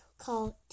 called